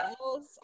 else